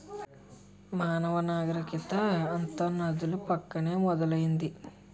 మానవ నాగరికత అంతా నదుల పక్కనే మొదలైంది